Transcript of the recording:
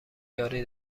یاری